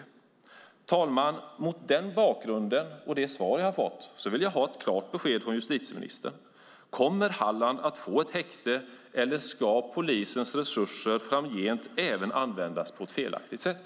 Herr talman! Mot den bakgrunden och det svar jag har fått vill jag ha ett klart besked från justitieministern: Kommer Halland att få ett häkte, eller ska polisens resurser även framgent användas på ett felaktigt sätt?